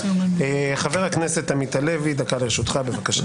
חבר הכנסת עמית הלוי, דקה לרשותך, בבקשה.